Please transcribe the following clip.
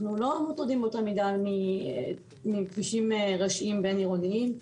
אנחנו לא מוטרדים באותה מידה מכבישים ראשיים בין עירוניים,